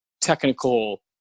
technical